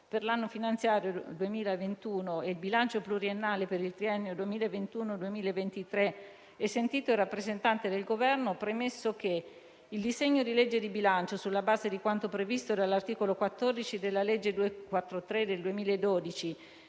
per l'anno finanziario 2021 e il bilancio pluriennale per il triennio 2021-2023 e sentito il rappresentante del Governo; premesso che il disegno di legge di bilancio, sulla base di quanto previsto dall'articolo 14 della legge n. 243 del 2012,